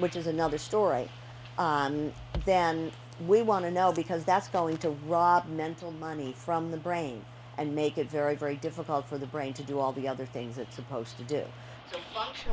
which is another story then we want to know because that's going to rob mental money from the brain and make it very very difficult for the brain to do all the other things it's supposed to do